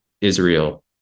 Israel